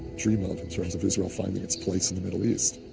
dream of, in terms of israel finding its place in the middle east.